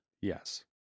Yes